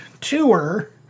tour